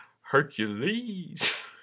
Hercules